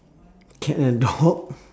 cat and dog